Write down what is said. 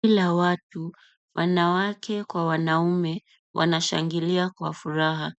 Kundi la watu wanawake kwa wanaume, wanashangilia kwa furaha.